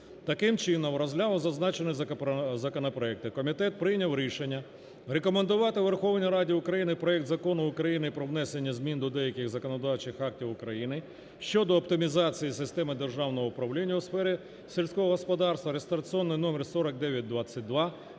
Таким чином, розглянувши зазначені законопроекти, комітет прийняв рішення рекомендувати Верховній Раді України проект Закону України про внесення змін до деяких законодавчих актів України щодо оптимізації системи державного управління у сфері сільського господарства (реєстраційний номер 4922)